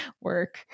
work